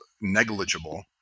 negligible